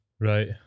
Right